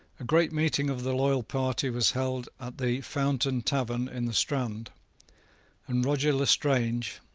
a great meeting of the loyal party was held at the fountain tavern in the strand and roger lestrange,